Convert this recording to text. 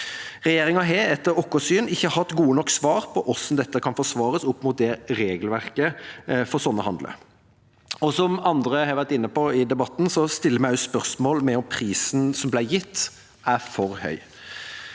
Regjeringa har etter vårt syn ikke hatt gode nok svar på hvordan dette kan forsvares opp mot regelverket for slike handler. Som andre har vært inne på i debatten, stiller vi også spørsmål ved om prisen som ble gitt, er for høy.